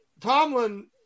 Tomlin